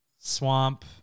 Swamp